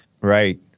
right